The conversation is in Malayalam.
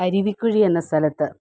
അരുവികുഴി എന്ന സ്ഥലത്ത്